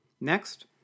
Next